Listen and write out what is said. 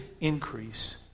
increase